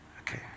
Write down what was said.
Okay